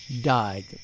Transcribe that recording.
died